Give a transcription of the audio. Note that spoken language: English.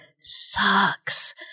sucks